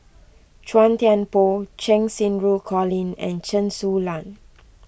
Chua Thian Poh Cheng Xinru Colin and Chen Su Lan